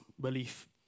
belief